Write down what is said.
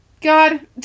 God